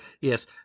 Yes